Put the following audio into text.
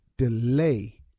delay